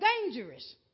dangerous